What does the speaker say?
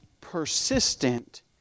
persistent